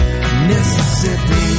Mississippi